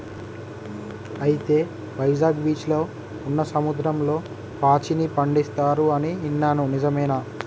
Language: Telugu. అయితే వైజాగ్ బీచ్లో ఉన్న సముద్రంలో పాచిని పండిస్తారు అని ఇన్నాను నిజమేనా